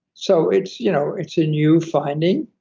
so it's you know it's a new finding,